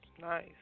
Nice